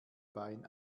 bein